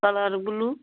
colour blue